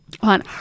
on